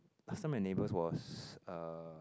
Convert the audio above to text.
last time my neighbours was uh